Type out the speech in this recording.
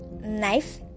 knife